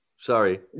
Sorry